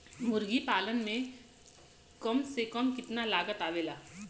मुर्गी पालन में कम से कम कितना लागत आवेला?